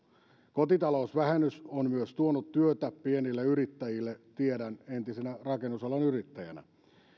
kotitalousvähennys on myös tuonut työtä pienille yrittäjille tiedän entisenä rakennusalan yrittäjänä